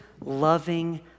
loving